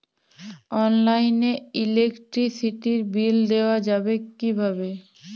অনলাইনে ইলেকট্রিসিটির বিল দেওয়া যাবে কিভাবে?